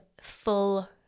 full